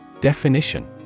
Definition